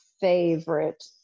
favorite